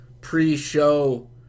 pre-show